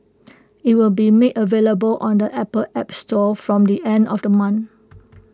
IT will be made available on the Apple app store from the end of the month